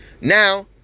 Now